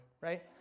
right